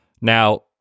Now